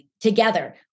together